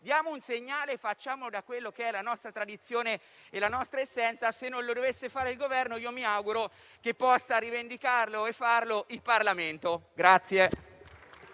Diamo un segnale e facciamolo partendo dalla nostra tradizione e dalla nostra essenza. Se non lo dovesse fare il Governo, mi auguro che possa rivendicarlo e farlo il Parlamento.